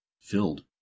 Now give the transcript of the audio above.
filled